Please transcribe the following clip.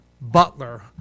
Butler